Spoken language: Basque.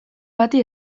bati